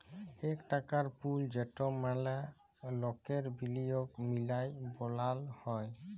ইক টাকার পুল যেট ম্যালা লকের বিলিয়গ মিলায় বালাল হ্যয়